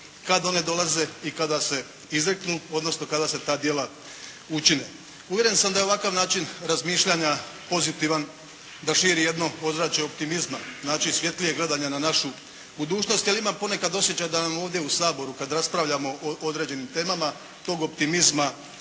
kad one dolaze i kada se izreknu, odnosno kada se ta djela učine. Uvjeren sam da je ovakav način razmišljanja pozitivan, da širi jedno ozračje optimizma, znači svjetlijeg gledanja na našu budućnost. Jer imam ponekad osjećaj da nam ovdje u Saboru kad raspravljamo o određenim temama tog optimizma